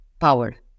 power